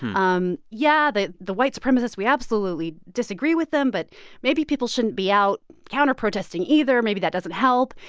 um yeah, the the white supremacists, we absolutely disagree with them, but maybe people shouldn't be out counterprotesting either, maybe that doesn't help.